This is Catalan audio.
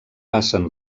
passen